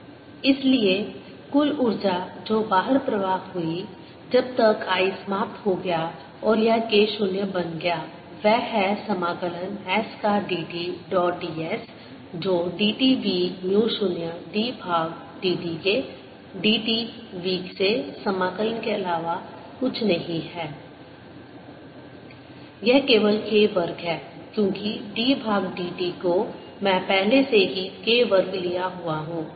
SdSa20KdKdt2πalV0ddt इसलिए कुल ऊर्जा जो बाहर प्रवाह हुई जब तक I समाप्त हो गया और यह K 0 बन गया वह है समाकलन S का dt डॉट ds जो dt v म्यू 0 d भाग dt के dtv से समाकलन के अलावा कुछ नहीं है यह केवल K वर्ग है क्योंकि d भाग dt को मैं पहले से ही K वर्ग लिया हुआ हूं